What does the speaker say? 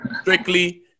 strictly